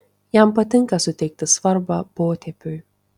jam patinka suteikti svarbą potėpiui